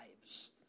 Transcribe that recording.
lives